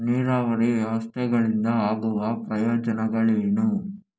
ನೀರಾವರಿ ವ್ಯವಸ್ಥೆಗಳಿಂದ ಆಗುವ ಪ್ರಯೋಜನಗಳೇನು?